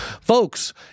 Folks